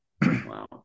Wow